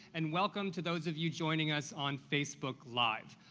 and welcome to those of you joining us on facebook live.